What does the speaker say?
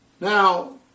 Now